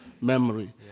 memory